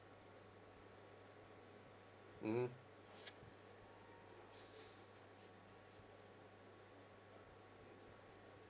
mmhmm